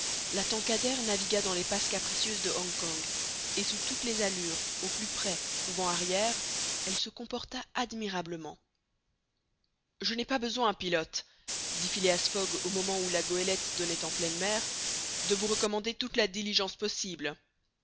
la tankadère navigua dans les passes capricieuses de hong kong et sous toutes les allures au plus près ou vent arrière elle se comporta admirablement je n'ai pas besoin pilote dit phileas fogg au moment où la goélette donnait en pleine mer de vous recommander toute la diligence possible